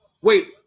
Wait